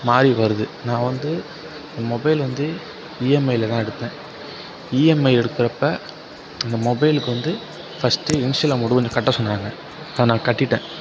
மாதிரி வருது நான் வந்து மொபைல் வந்து ஈஎம்ஐயில தான் எடுத்தேன் ஈஎம்ஐயில எடுக்கிறப்ப அந்த மொபைலுக்கு வந்து ஃபர்ஸ்ட்டு இனிஷியல் அமௌண்ட்டு கொஞ்சம் கட்ட சொன்னாங்க அதை நான் கட்டிவிட்டன்